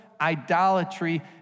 idolatry